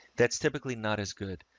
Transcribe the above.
that's typically not as good.